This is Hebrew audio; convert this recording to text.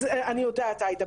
אז אני יודעת עאידה,